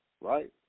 right